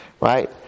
right